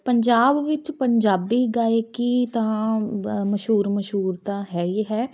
ਪੰਜਾਬ ਵਿੱਚ ਪੰਜਾਬੀ ਗਾਇਕੀ ਤਾਂ ਬ ਮਸ਼ਹੂਰ ਮਸ਼ਹੂਰ ਤਾਂ ਹੈ ਹੀ ਹੈ